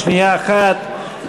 שנייה אחת,